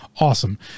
Awesome